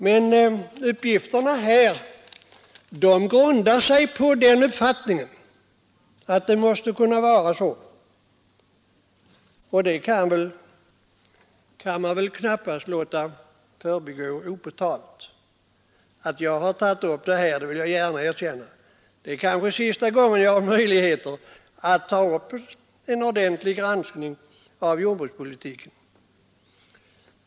Men uppgifterna i den här annonsen grundar sig på den uppfattningen, och det kan knappast förbigås opåtalt. Att jag har tagit upp detta beror — det vill jag gärna erkänna — på att det kanske är sista gången jag har möjlighet att ta upp en ordentlig granskning av jordbrukspolitiken.